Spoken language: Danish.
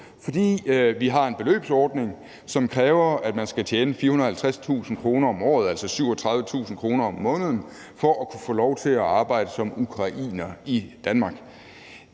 fordi vi har en beløbsordning, der kræver, at man skal tjene 450.000 kr. om året, altså 37.000 kr. om måneden, for som ukrainer at kunne få lov til at arbejde i Danmark.